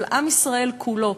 אבל עם ישראל כולו.